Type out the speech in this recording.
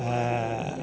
ऐं